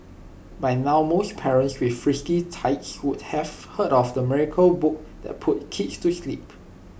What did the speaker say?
by now most parents with frisky tykes would have heard of the miracle book that puts kids to sleep